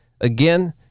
again